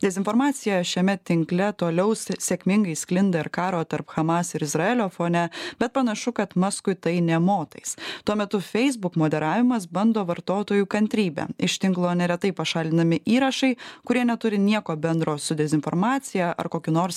dezinformacija šiame tinkle toliau sė sėkmingai sklinda ir karo tarp hamas ir izraelio fone bet panašu kad maskui tai nė motais tuo metu facebook moderavimas bando vartotojų kantrybę iš tinklo neretai pašalinami įrašai kurie neturi nieko bendro su dezinformacija ar kokiu nors